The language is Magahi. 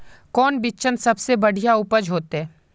कौन बिचन सबसे बढ़िया उपज होते?